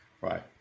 right